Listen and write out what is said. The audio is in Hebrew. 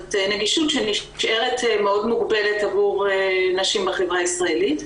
וזאת נגישות שנשארת מאוד מוגבלת עבור נשים בחברה הישראלית.